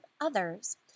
others